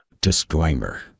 Disclaimer